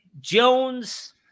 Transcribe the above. Jones